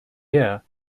year